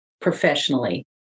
professionally